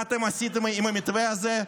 מה אתם עשיתם עם המתווה הזה?